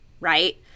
right